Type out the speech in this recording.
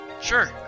Sure